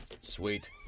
Sweet